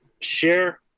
share